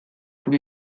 tout